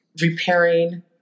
repairing